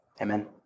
Amen